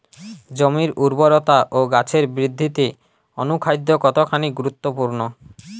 জমির উর্বরতা ও গাছের বৃদ্ধিতে অনুখাদ্য কতখানি গুরুত্বপূর্ণ?